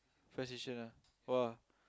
five station ah !wah!